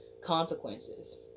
consequences